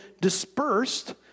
dispersed